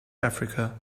africa